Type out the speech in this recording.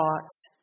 thoughts